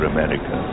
America